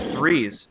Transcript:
threes